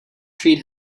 treat